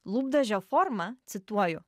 lūpdažio forma cituoju